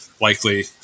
likely